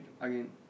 again